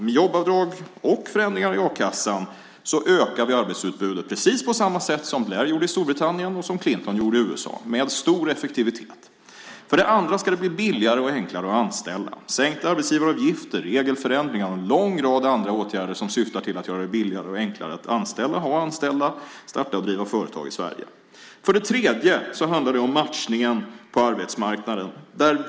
Med jobbavdrag och förändringar i a-kassan ökar vi arbetsutbudet, precis på samma sätt som Blair gjorde i Storbritannien och som Clinton gjorde i USA med stor effektivitet. För det andra ska det bli billigare och enklare att anställa. Det handlar om sänkta arbetsgivaravgifter, regelförändringar och en lång rad andra åtgärder som syftar till att göra det billigare och enklare att anställa och ha anställda, starta och driva företag i Sverige. För det tredje handlar det om matchningen på arbetsmarknaden.